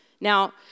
Now